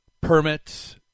permits